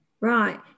Right